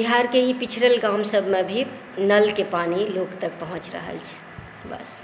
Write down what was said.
बिहारके ई पिछड़ल गाम सबमे भी नलके पानि लोक तक पहुँच रहल छै बस